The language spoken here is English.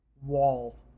Wall